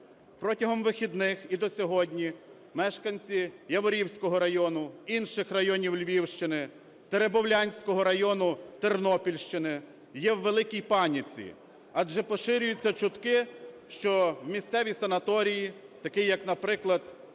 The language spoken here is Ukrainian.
Протягом вихідних і до сьогодні мешканці Яворівського району, інших районів Львівщини, Теребовлянського району Тернопільщини є у великій паніці, адже поширюються чутки, що в місцеві санаторії, такі, як наприклад,